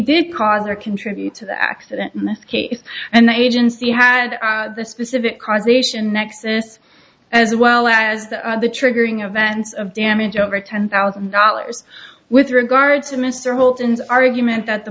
did cause or contribute to the accident in this case and the agency had the specific causation nexus as well as the the triggering events of damage over ten thousand dollars with regard to mr holton is argument that the